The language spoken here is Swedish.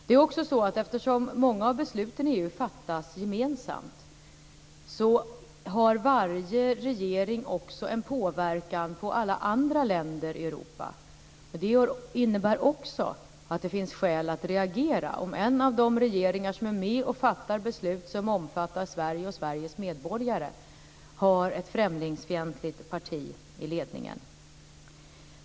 Det är också så att eftersom många av besluten i EU fattas gemensamt har varje regering en påverkan på alla andra länder i Europa. Det innebär också att det finns skäl att reagera om en av de regeringar som är med och fattar beslut som omfattar Sverige och Sveriges medborgare har ett främlingsfientligt parti i ledningen.